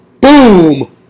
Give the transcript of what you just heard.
Boom